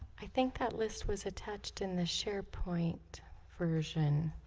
think that list was attached in the sharepoint version